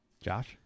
Josh